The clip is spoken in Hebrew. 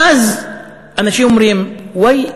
ואז אנשים אומרים: וואי,